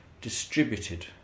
distributed